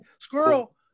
Squirrel